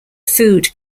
food